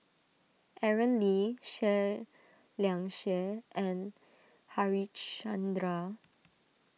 Aaron Lee Seah Liang Seah and Harichandra